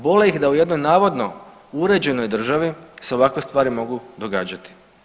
Bole ih da u jednoj navodno uređenoj državi se ovakve stvari mogu događati.